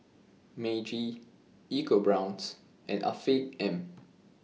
Meiji EcoBrown's and Afiq M